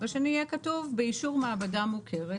ועל השני יהיה כתוב באישור מעבדה מוכרת,